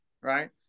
right